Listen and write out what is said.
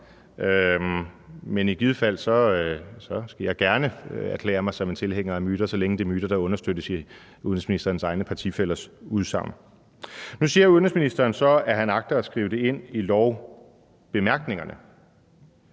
men i givet fald skal jeg gerne erklære mig som en tilhænger af myter, så længe det er myter, der understøttes af udenrigsministerens egne partifællers udsagn. Nu siger udenrigsministeren så, at han agter at skrive det ind i lovbemærkningerne,